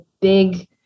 big